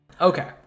okay